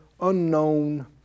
unknown